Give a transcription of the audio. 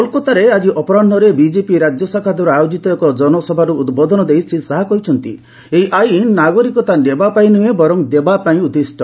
କୋଲକାତାରେ ଆଜି ଅପରାହ୍ନରେ ବିଜେପି ରାଜ୍ୟ ଶାଖା ଦ୍ୱାରା ଆୟୋଜିତ ଏକ ଜନସଭାରେ ଉଦ୍ବୋଧନ ଦେଇ ଶ୍ରୀ ଶାହା କହିଛନ୍ତି ଏହି ଆଇନ ନାଗରିକତା ନେବା ପାଇଁ ନୁହେଁ ବରଂ ଦେବା ପାଇଁ ଉଦ୍ଦିଷ୍ଟ